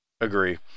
Agree